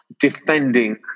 defending